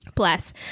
bless